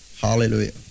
Hallelujah